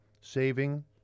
saving